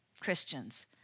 Christians